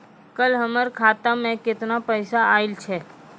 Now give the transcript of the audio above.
कल हमर खाता मैं केतना पैसा आइल छै?